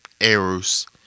errors